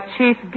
Chief